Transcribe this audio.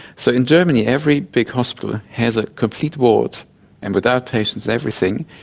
so in germany every big hospital has a complete ward and with outpatients, everything,